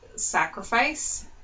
Sacrifice